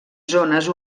zones